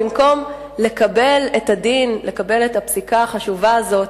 במקום לקבל את הדין, לקבל את הפסיקה החשובה הזאת,